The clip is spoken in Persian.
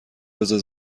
بزار